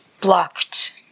blocked